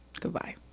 Goodbye